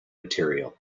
material